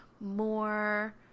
more